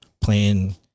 playing